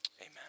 Amen